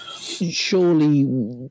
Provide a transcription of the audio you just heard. Surely